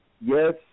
Yes